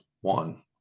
one